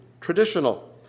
traditional